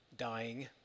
dying